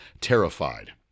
terrified